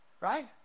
right